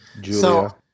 Julia